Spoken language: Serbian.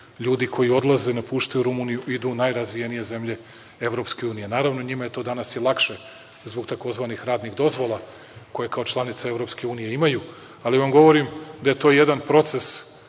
ljudi koji odlaze, napuštaju Rumuniju, idu u najrazvijenije zemlje EU. Naravno, njima je to danas i lakše zbog tzv. radnih dozvola, koje kao članica EU imaju, ali vam govorim da je to jedan proces